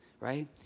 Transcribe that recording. right